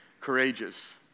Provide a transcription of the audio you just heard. courageous